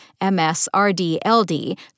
MSRDLD